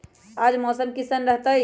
आज मौसम किसान रहतै?